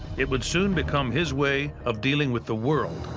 it would soon become his way of dealing with the world.